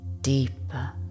deeper